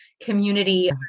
Community